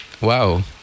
Wow